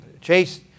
Chase